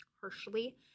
harshly